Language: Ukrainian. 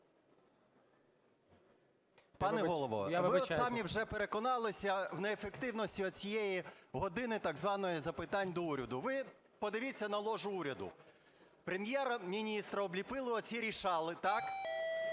ПАПІЄВ М.М. Ви самі вже переконалися в неефективності цієї години так званої запитань до Уряду. Ви подивіться на ложу уряду. Прем'єр-міністра обліпили оці "рішали", він